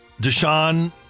Deshaun